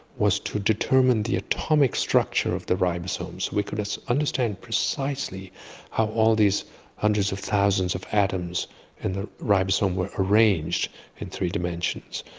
was to determine the atomic structure of the ribosome, so we could understand precisely how all these hundreds of thousands of atoms in the ribosome where arranged in three dimensions.